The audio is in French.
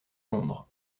londres